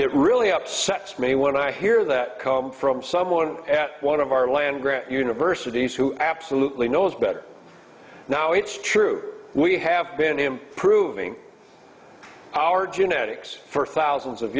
it really upsets me when i hear that come from someone at one of our land grant universities who absolutely knows better now it's true we have been improving our genetics for thousands of